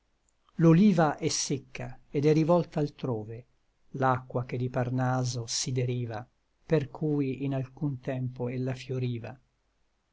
l'oliva è secca et è rivolta altrove l'acqua che di parnaso si deriva per cui in alcun tempo ella fioriva